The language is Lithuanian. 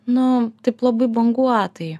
nu taip labai banguotai